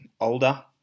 older